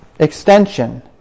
Extension